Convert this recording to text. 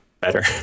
better